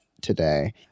today